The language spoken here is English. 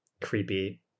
creepy